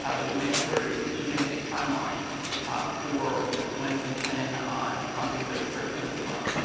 ah that we make sure to include in it a timeline for when we plan on funding those turf fields as well.